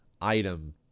item